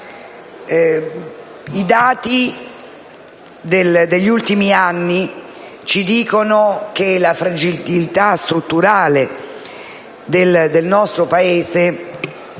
I dati degli ultimi anni ci dicono che la fragilità strutturale del nostro Paese